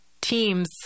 teams